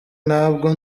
ntabwo